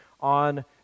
on